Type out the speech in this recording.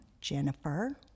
Jennifer